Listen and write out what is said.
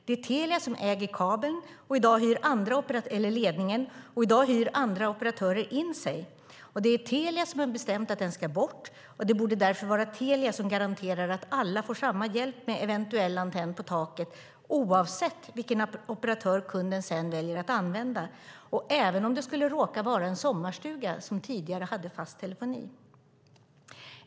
Det är Telia som äger kabeln eller ledningen, och i dag hyr andra operatörer in sig. Det är Telia som har bestämt att den ska bort, och det borde därför vara Telia som garanterar att alla får samma hjälp med eventuell antenn på taket, oavsett vilken operatör kunden sedan väljer att använda och även om det skulle råka vara en sommarstuga som tidigare hade fast telefoni.